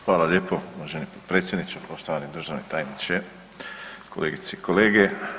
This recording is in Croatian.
Hvala lijepo uvaženi potpredsjedniče, poštovani državni tajniče, kolegice i kolege.